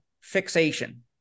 fixation